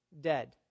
dead